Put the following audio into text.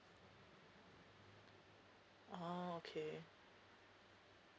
oh okay